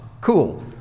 cool